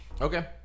Okay